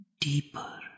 deeper